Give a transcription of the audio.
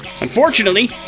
Unfortunately